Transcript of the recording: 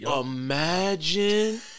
Imagine